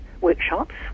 workshops